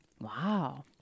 Wow